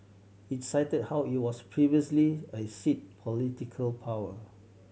it's cited how it was previously a seat political power